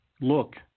look